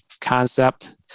concept